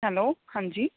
hello ਹਾਂਜੀ